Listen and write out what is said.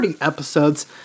episodes